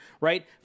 right